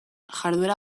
jarduera